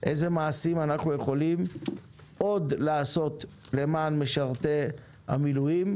איזה מעשים אנחנו יכולים עוד לעשות למען משרתי המילואים,